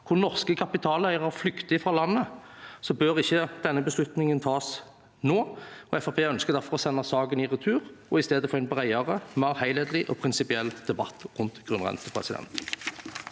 hvor norske kapitaleiere flykter fra landet – bør ikke denne beslutningen tas nå. Fremskrittspartiet ønsker derfor å sende saken i retur og i stedet få en bredere, mer helhetlig og prinsipiell debatt rundt grunnrente.